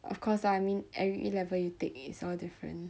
of course lah I mean every uh level you take it's all different